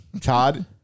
Todd